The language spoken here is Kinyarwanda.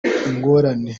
ingorane